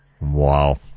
Wow